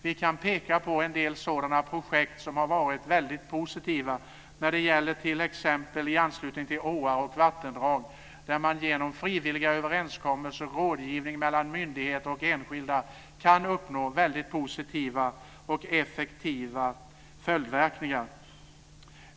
Vi kan peka på en del sådana projekt som har varit väldigt positiva när det gäller t.ex. åar och vattendrag, där man genom frivilliga överenskommelser och rådgivning mellan myndigheter och enskilda kan uppnå väldigt positiva och effektiva följdverkningar.